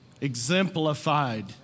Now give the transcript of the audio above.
exemplified